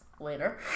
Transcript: later